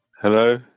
Hello